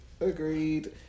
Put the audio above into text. Agreed